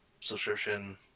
subscription